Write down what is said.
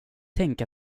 tänk